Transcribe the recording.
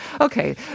Okay